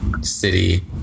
city